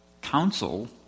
counsel